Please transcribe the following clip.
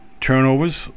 turnovers